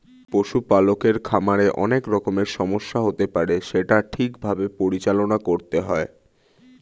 পশু পালকের খামারে অনেক রকমের সমস্যা হতে পারে সেটা ঠিক ভাবে পরিচালনা করতে হয়